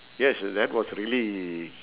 yes that was really